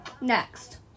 next